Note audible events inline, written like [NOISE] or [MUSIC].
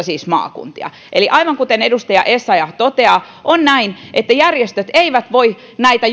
[UNINTELLIGIBLE] siis maakunnat eli aivan kuten edustaja essayah toteaa on näin että järjestöt eivät voi näitä [UNINTELLIGIBLE]